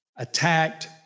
attacked